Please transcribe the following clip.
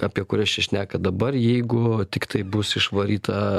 apie kurias čia šnekat dabar jeigu tiktai bus išvaryta